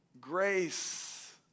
Grace